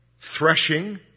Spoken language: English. threshing